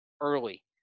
early